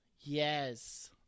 yes